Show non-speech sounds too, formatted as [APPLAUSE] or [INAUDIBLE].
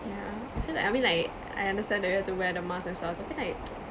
yeah I feel like I mean like I understand that we have to wear the mask and stuff tapi like [NOISE]